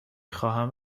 خواهم